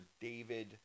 David